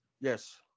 Yes